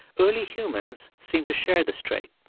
early humans seem to share this trait.